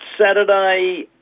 Saturday